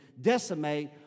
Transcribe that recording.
decimate